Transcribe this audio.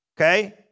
okay